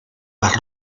las